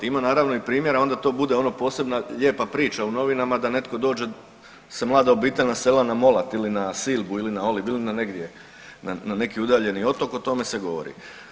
Ima naravno i primjera onda to bude ono posebna lijepa priča u novinama da netko dođe, da se mlada obitelj naselila na Molat ili na Silbu ili na Olib ili na negdje na neki udaljeni otok o tome se govori.